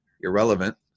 irrelevant